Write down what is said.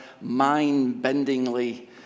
mind-bendingly